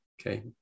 Okay